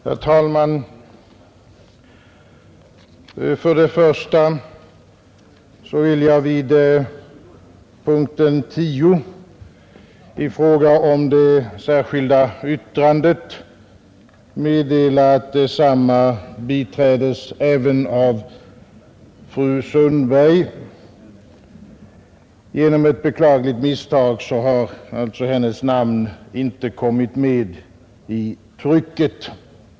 Herr talman! För det första vill jag vid punkten 10 i fråga om det särskilda yttrandet meddela att detsamma biträdes även av fru Sundberg. Genom ett beklagligt misstag har hennes namn inte kommit med i trycket.